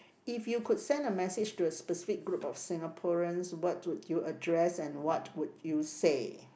if you could send a message to a specific group of Singaporeans what would you address and what would you say